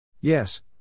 Yes